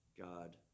God